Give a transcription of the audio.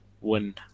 win